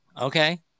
Okay